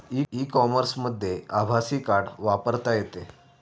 E कॉमर्समध्ये आभासी card वापरता येते